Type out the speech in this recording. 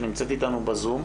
שנמצאת איתנו בזום.